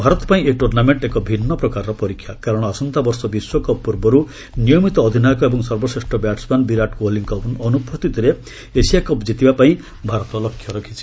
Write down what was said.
ଭାରତପାଇଁ ଏହି ଟୁର୍ଣ୍ଣାମେଣ୍ଟ ଏକ ଭିନ୍ନ ପ୍ରକାରର ପରୀକ୍ଷା କାରଣ ଆସନ୍ତାବର୍ଷ ବିଶ୍ୱ କପ୍ ପୂର୍ବରୁ ନିୟମିତ ଅଧିନାୟକ ଏବଂ ସର୍ବଶ୍ରେଷ୍ଠ ବ୍ୟାଟ୍ସମ୍ୟାନ୍ ବିରାଟ କୋହଲିଙ୍କ ଅନୁପସ୍ଥିତିରେ ଏସିଆ କପ୍ ଜିତିବା ପାଇଁ ଭାରତ ଲକ୍ଷ୍ୟ ରଖିଛି